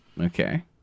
okay